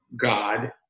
god